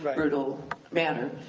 brutal manner.